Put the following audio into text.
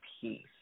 peace